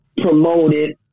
promoted